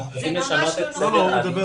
אנחנו צריכים לשנות את סדר העדיפות.